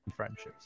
friendships